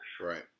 Right